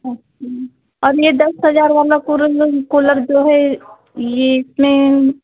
अच्छा और यह दस हज़ार वाला कूलर कूलर जो है यह इसमें